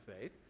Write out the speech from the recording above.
faith